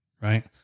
right